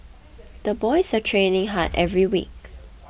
the boys are training hard every week